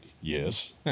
Yes